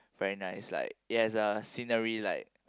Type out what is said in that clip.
very nice like it has a scenery like